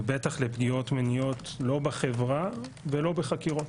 ובטח לפגיעות מיניות לא בחברה ולא בחקירות.